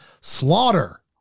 slaughter